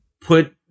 put